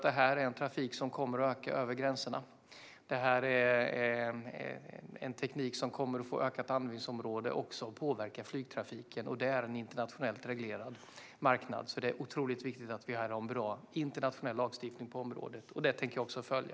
Det här är trafik som kommer att öka över gränserna. Det är teknik som kommer att få ett ökat användningsområde och som påverkar flygtrafiken, och det är en internationellt reglerad marknad. Det är alltså viktigt att vi har bra internationell lagstiftning på området. Den tänker jag också följa.